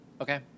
Okay